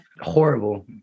horrible